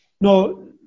no